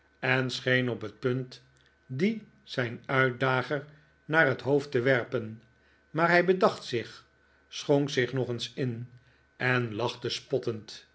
en scheen op het punt die zijn uitdager naar het hoofd te werpen maar hij bedacht zich schonk zich nog eens in en lachte spottend